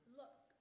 look